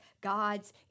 God's